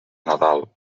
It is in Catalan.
nadal